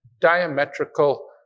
diametrical